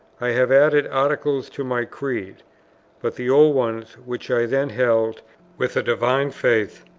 i have added articles to my creed but the old ones, which i then held with a divine faith,